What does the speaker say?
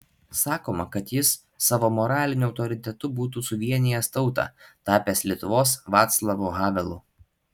sakoma kad jis savo moraliniu autoritetu būtų suvienijęs tautą tapęs lietuvos vaclavu havelu